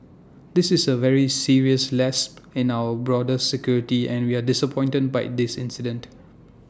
this is A very serious lapse in our border security and we are disappointed by in this incident